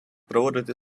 проводити